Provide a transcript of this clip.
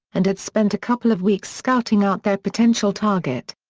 and had spent a couple of weeks scouting out their potential target.